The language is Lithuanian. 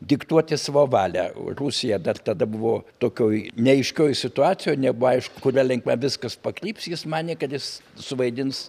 diktuoti savo valią rusija dar tada buvo tokioj neaiškioj situacijoj nebuvo aišku kuria linkme viskas pakryps jis manė kad jis suvaidins